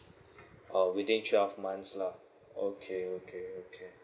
oh within twelve months lah okay okay okay